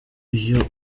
iyo